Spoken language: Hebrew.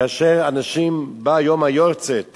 כאשר בא יום היארצייט